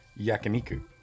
yakiniku